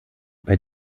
bei